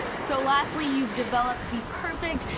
so lastly, you've developed the perfect,